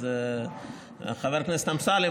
אז חבר הכנסת אמסלם,